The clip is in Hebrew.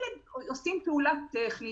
קריטריונים אחרים